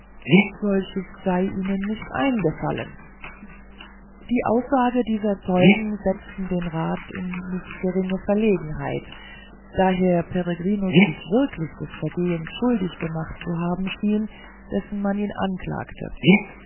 solches sei ihnen nicht eingefallen die aussage dieser zeugen setzte den rat in nicht geringe verlegenheit da herr peregrinus sich wirklich des vergehens schuldig gemacht zu haben schien dessen man ihn anklagte